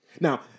Now